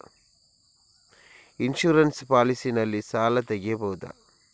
Insurance policy ನಲ್ಲಿ ಸಾಲ ತೆಗೆಯಬಹುದ?